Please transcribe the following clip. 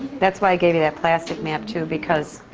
that's why i gave you that plastic map, too, because